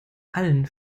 allen